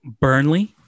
Burnley